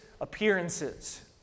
appearances